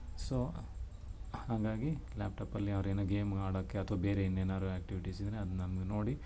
so ಹಾಗಾಗಿ ಲ್ಯಾಪ್ಟಾಪಲ್ಲಿ ಅವ್ರೇನು ಗೇಮ್ ಆಡೋಕೆ ಅಥ್ವಾ ಬೇರೆ ಇನ್ನೇನಾದ್ರು ಆ್ಯಕ್ಟಿವಿಟೀಸ್ ಇದ್ದರೆ ಅದು ನಮ್ಗೆ ನೋಡಿ